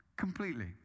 completely